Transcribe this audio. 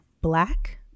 black